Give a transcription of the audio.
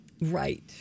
Right